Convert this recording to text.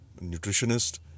nutritionist